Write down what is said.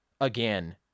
again